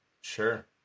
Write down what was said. Sure